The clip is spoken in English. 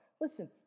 Listen